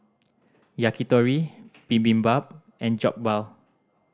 Yakitori Bibimbap and Jokbal